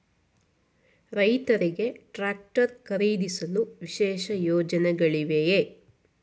ರೈತರಿಗೆ ಟ್ರಾಕ್ಟರ್ ಖರೀದಿಸಲು ವಿಶೇಷ ಯೋಜನೆಗಳಿವೆಯೇ?